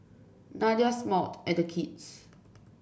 Nadia smiled at the kids